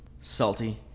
Salty